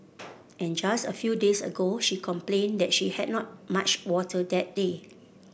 and just a few days ago she complained that she had not much water that day